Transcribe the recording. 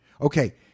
Okay